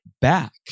back